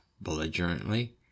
belligerently